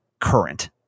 current